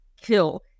kill